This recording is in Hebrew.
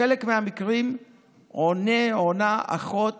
בחלק מהמקרים עונה או עונה אחות